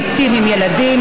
לעיתים עם ילדים,